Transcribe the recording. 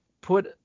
put